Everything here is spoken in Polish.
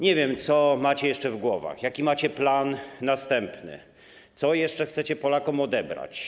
Nie wiem, co macie jeszcze w głowach, jaki macie plan następny, co jeszcze chcecie Polakom odebrać.